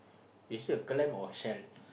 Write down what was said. is it a clam or a shell